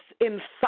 inside